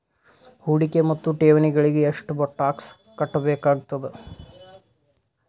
ಹೂಡಿಕೆ ಮತ್ತು ಠೇವಣಿಗಳಿಗ ಎಷ್ಟ ಟಾಕ್ಸ್ ಕಟ್ಟಬೇಕಾಗತದ?